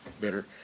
better